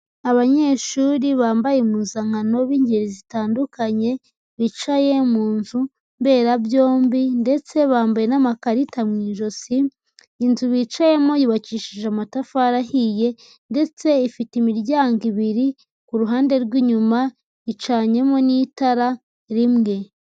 Abanyeshuri bambaye impuzankano b'ingeri zitandukanye, bicaye mu nzu mberabyombi ndetse bambaye n'amakarita mu ijosi, inzu bicayemo yubakishije amatafari ahiye ndetse ifite imiryango ibiri ku ruhande rw'inyuma, icanyemo n'itara rimwe.